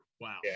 Wow